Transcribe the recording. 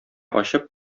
ачып